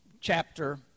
chapter